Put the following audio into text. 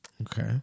Okay